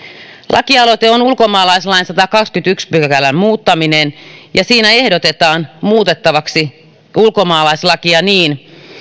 lakialoite on ulkomaalaislain sadannenkahdennenkymmenennenensimmäisen pykälän muuttaminen ja siinä ehdotetaan muutettavaksi ulkomaalaislakia niin